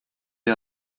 les